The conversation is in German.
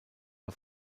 der